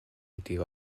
гэдгийг